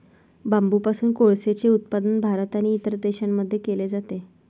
बांबूपासून कोळसेचे उत्पादन भारत आणि इतर देशांमध्ये केले जाते